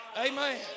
Amen